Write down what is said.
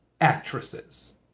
actresses